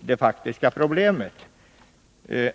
det faktiska problemet vid invandrarverket.